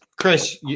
Chris